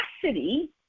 capacity